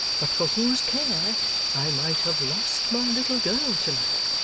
but for whose care i might have lost my little girl to-night